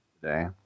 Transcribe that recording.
today